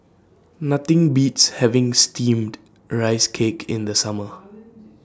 Nothing Beats having Steamed Rice Cake in The Summer